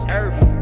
earth